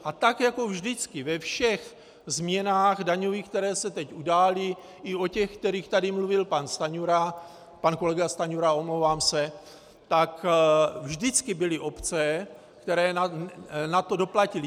A tak jako vždycky ve všech daňových změnách, které se teď udály, i u těch, o kterých tady mluvil pan Stanjura, pan kolega Stanjura, omlouvám se, tak vždycky byly obce, které na to doplatily.